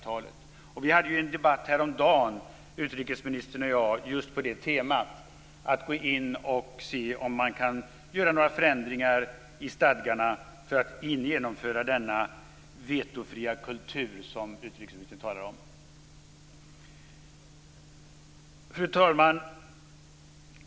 Utrikesministern och jag hade ju en debatt häromdagen på just det temat, att gå in och se om man kan göra några förändringar i stadgarna för att genomföra denna vetofria kultur som utrikesministern talar om. Fru talman!